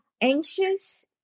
anxious